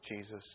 Jesus